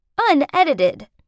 unedited